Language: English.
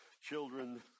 Children